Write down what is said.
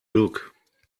look